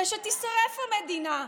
ושתישרף המדינה.